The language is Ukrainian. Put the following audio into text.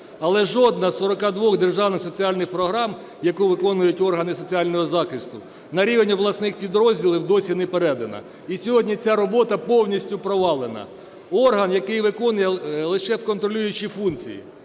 але жодна з 42 державних соціальних програм, яку виконують органи соціального захисту, на рівні обласних підрозділів досі не передана. І сьогодні ця робота повністю провалена. Орган, який виконує лише контролюючи функції,